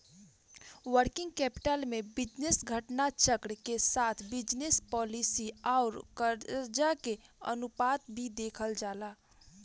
working capital में business घटना चक्र के साथ बिजनस पॉलिसी आउर करजा के अनुपात भी देखल जाला